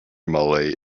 malay